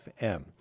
FM